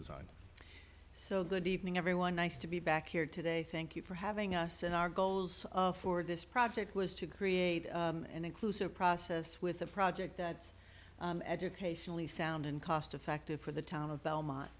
design so good evening everyone nice to be back here today thank you for having us and our goals for this project was to create an inclusive process with a project that's educationally sound and cost effective for the town of belmont